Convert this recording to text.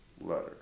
letter